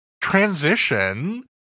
transition